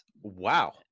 Wow